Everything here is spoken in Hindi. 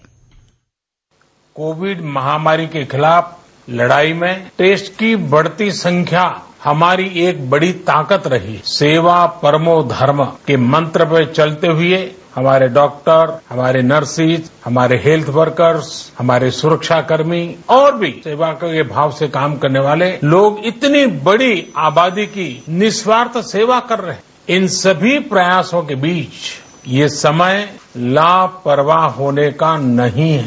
बाइट कोविड महामारी के खिलाफ लड़ाई में टेस्ट की बढ़ती संख्या हमारी एक बड़ी ताकत रही है सेवा परमो धर्म के मंत्र पर चलते हुए हमारे डॉक्टर हमारे नर्सेज हमारे हेल्थ वर्करस हमारे सुरक्षाकर्मी और भी सेवा के भाव से काम करने वाले लोग इतनी बड़ी आबादी की निःस्वार्थ सेवा कर रहे हैं इन सभी प्रयासों के बीच यह समय लापरवाह होने का नहीं है